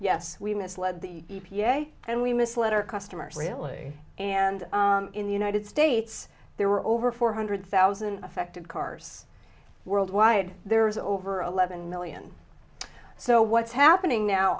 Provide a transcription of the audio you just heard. yes we misled the e p a and we misled our customers really and in the united states there were over four hundred thousand affected cars worldwide there's over eleven million so what's happening now